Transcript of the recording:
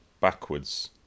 backwards